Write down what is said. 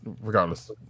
regardless